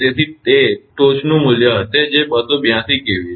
તેથી તે ટોચનું મૂલ્ય હશે જે 282 kV છે